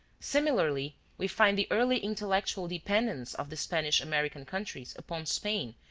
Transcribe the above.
similarly, we find the early intellectual dependence of the spanish american countries upon spain,